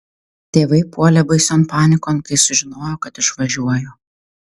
tėvai puolė baision panikon kai sužinojo kad išvažiuoju